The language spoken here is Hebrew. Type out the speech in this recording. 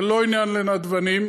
זה לא עניין לנדבנים,